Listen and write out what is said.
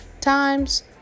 times